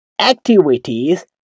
activities